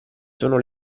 sono